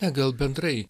na gal bendrai